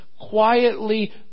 quietly